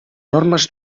normes